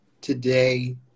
today